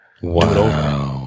Wow